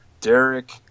Derek